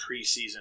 preseason